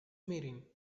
meeting